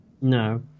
No